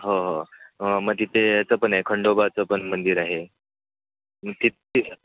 हो हो मग तिथे याचं पण आहे खंडोबाचं पण मंदिर आहे तिथं तिथं